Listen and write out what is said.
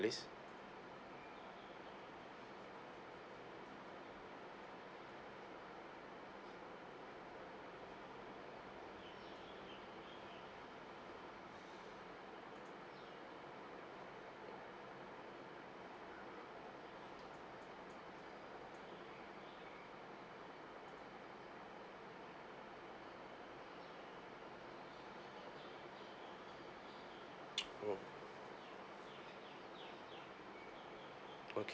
least oh o~